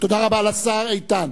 תודה רבה לשר איתן.